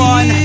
One